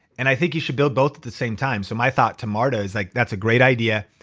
and i think you should build both at the same time. so my thought to marta is, like that's a great idea.